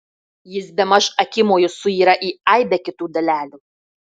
jis bemaž akimoju suyra į aibę kitų dalelių